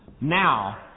Now